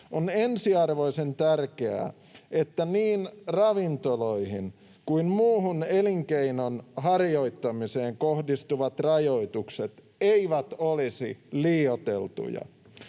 On ensiarvoisen tärkeää, että niin ravintoloihin kuin muuhun elinkeinon harjoittamiseen kohdistuvat rajoitukset eivät olisi liioiteltuja.